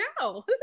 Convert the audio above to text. no